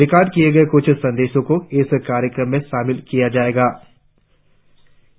record किए गए कुछ संदेशों को इस कार्यक्रम में शामिल किया जा सकता है